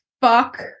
fuck